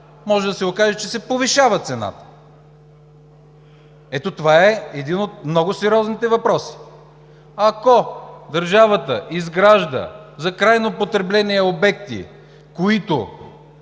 може да се окаже, че се повишава цената. Ето това е един от много сериозните въпроси – ако държавата изгражда за крайно потребление обекти, които